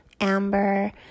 amber